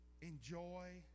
enjoy